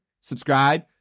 subscribe